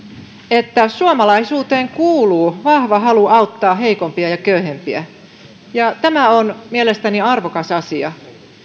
että suomalaisuuteen kuuluu vahva halu auttaa heikompia ja köyhempiä ja tämä on mielestäni arvokas asia